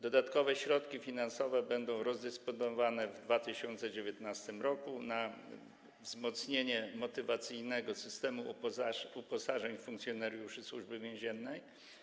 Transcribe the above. Dodatkowe środki finansowe będą rozdysponowane w 2019 r. na wzmocnienie motywacyjnego systemu uposażeń funkcjonariuszy Służby Więziennej.